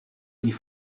die